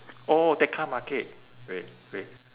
oh tekka market wait wait